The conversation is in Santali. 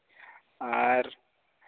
ᱟᱨ